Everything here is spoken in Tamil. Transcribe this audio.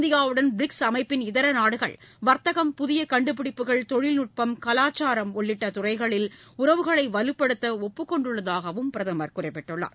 இந்தியாவுடன் பிரிக்ஸ் அமைப்பின் இதரநாடுகள் வர்த்தகம் புதியகண்டுபிடிப்புகள் தொழில்நுட்பம் கலாச்சாரம் உள்ளிட்டதுறைகளில் உறவுகளைவலுப்படுத்தஒப்புக் கொண்டுள்ளதாகஅவர் குறிப்பிட்டுள்ளார்